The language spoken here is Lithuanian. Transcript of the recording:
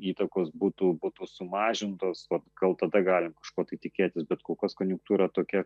įtakos būtų būtų sumažintos vat gal tada galima kažko tai tikėtis bet kol kas konjunktūra tokia